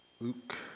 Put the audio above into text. Luke